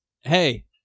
Hey